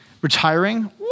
Retiring